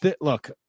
look